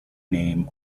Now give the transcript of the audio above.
name